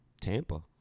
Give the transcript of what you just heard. Tampa